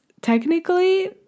technically